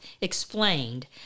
explained